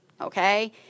okay